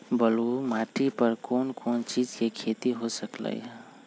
बलुई माटी पर कोन कोन चीज के खेती हो सकलई ह?